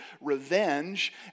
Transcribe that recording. revenge